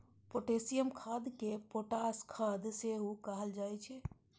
potassium खाद कें potash खाद सेहो कहल जाइ छै